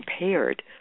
impaired